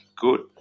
good